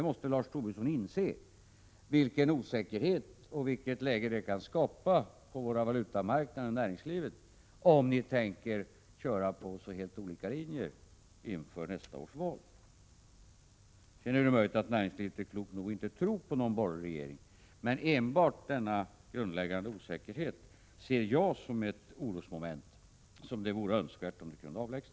Lars Tobisson måste inse vilket osäkert läge det kan skapa på valutamarknaden och i näringslivet om ni tänker köra på så helt olika linjer inför nästa års val. Sedan är det möjligt att man inom näringslivet är klok nog att inte tro på någon borgerlig regering, men enbart denna grundläggande osäkerhet ser jag som ett orosmoment, och det vore önskvärt om det kunde avlägsnas.